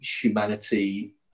humanity